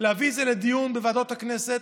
להביא את זה לדיון בוועדות הכנסת,